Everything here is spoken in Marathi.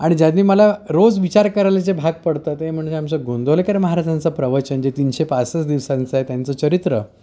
आणि ज्यांनी मला रोज विचार करायला जे भाग पडतं ते म्हणजे आमचं गोंंदवलेकर महाराजांचं प्रवचन जे तीनशे पासष्ट दिवसांचं आहे त्यांचं चरित्र